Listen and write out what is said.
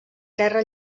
terra